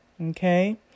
Okay